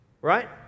right